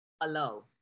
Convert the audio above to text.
allow